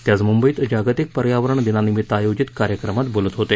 ते आज मुंबईत जागतिक पर्यावरण दिनानिमित्त आयोजित कार्यक्रमात बोलत होते